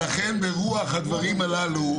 לכן ברוח הדברים האלה,